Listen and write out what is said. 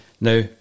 Now